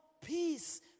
peace